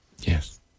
Yes